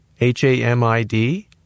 H-A-M-I-D